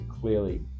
clearly